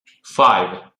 five